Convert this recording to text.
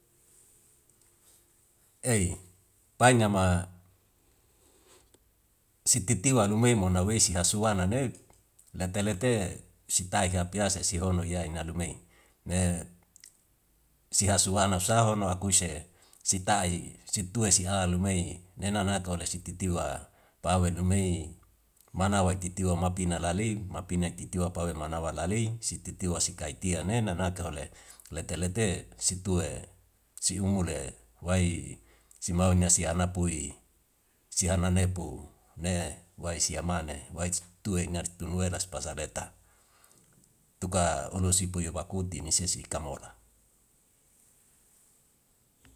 Ei pai nama si titiwa lumemo nawesi hasuana ne lete lete sitai hapiase sihono iya ina lumei. Ne si hasu ana sa wano akuise sitai, situe siha lumei nena nake ole si titiwa pa awe nu mei mana wai titiwa mapina lalei mapina titiwa pawe manawa lalei si titiwa si kai tia nena nake ole lete lete si tue si umule wai si mau ni si ana pui si ana nepu wai sia mane wai tue ngas tunu ela pasa deta tuka ulu si puyu bakuti ni sisi kama ola.